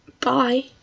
bye